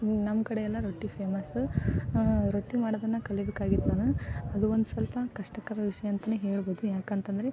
ನಮ್ಮ ಕಡೆ ಎಲ್ಲ ರೊಟ್ಟಿ ಫೇಮಸ್ಸು ರೊಟ್ಟಿ ಮಾಡೋದನ್ನು ಕಲಿಬೇಕಾಗಿತ್ತು ನಾನು ಅದು ಒಂದ್ಸಲ್ಪ ಕಷ್ಟಕರ ವಿಷಯ ಅಂತಾನೇ ಹೇಳ್ಬೋದು ಯಾಕಂತ ಅಂದ್ರೆ